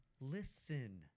listen